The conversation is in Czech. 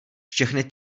všechny